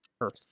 Earth